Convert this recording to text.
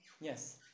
Yes